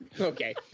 Okay